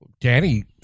Danny